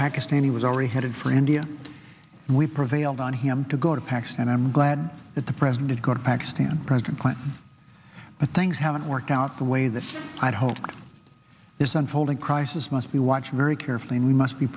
pakistan he was already headed for india and we prevailed on him to go to pax and i'm glad that the president did go to pakistan president clinton but things haven't worked out the way that i'd hoped is unfolding crisis must be watched very carefully and we must be